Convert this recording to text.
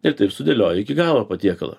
ir taip sudėlioji iki galo patiekalą